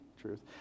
truth